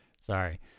Sorry